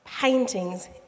paintings